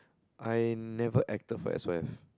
I never acted for S_Y_F